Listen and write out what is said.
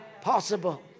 possible